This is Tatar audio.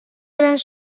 белән